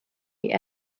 die